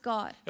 God